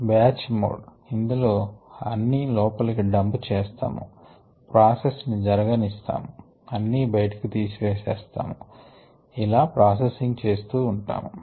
batch mode ఇందులో అన్ని లోపలి కి డంప్ చేస్తాము ప్రాసెస్ ని జరగనిస్తాము అన్ని బయటకు తీసివేస్తాము ఇలా ప్రాసెసింగ్ చేస్తుంటాము